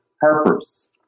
Harper's